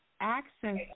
access